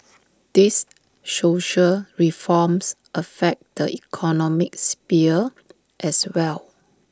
these social reforms affect the economic sphere as well